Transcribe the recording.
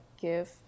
give